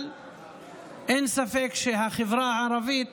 אבל אין ספק שהחברה הערבית